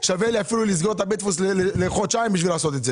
שווה לו אפילו לסגור את בית הדפוס לחודשיים כדי להדפיס.